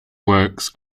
works